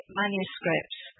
manuscripts